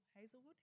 Hazelwood